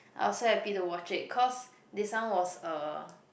I was so happy to watch it cause this one was uh